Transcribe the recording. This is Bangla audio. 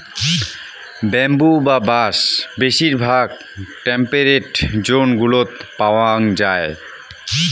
ব্যাম্বু বা বাঁশ বেশিরভাগ টেম্পেরেট জোন গুলোত পাওয়াঙ যাই